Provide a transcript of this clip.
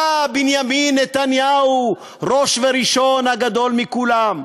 אתה בנימין נתניהו, ראש וראשון, הגדול מכולם.